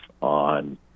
on